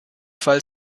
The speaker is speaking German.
fall